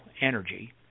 energy